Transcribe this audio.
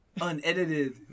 unedited